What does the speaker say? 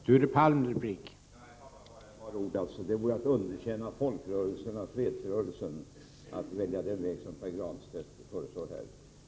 Herr talman! Bara ett par ord. Det vore att underkänna folkrörelserna och fredsrörelsen att välja den väg som Pär Granstedt föreslår.